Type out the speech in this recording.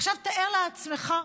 עכשיו תאר לעצמך,